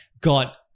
got